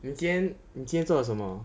明天明天做什么